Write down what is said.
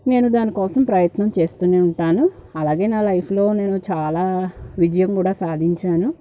నేను దానికోసం ప్రయత్నం చేస్తూనే ఉంటాను అలాగే నా లైఫ్లో నేను చాలా విజయం కూడా సాధించాను